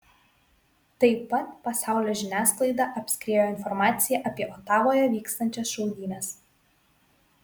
tai pat pasaulio žiniasklaidą apskriejo informacija apie otavoje vykstančias šaudynes